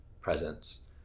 presence